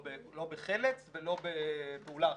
לא בחל"צ ולא בפעולה אחרת,